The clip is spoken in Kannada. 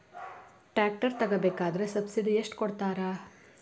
ಟ್ರ್ಯಾಕ್ಟರ್ ತಗೋಬೇಕಾದ್ರೆ ಸಬ್ಸಿಡಿ ಎಷ್ಟು ಕೊಡ್ತಾರ?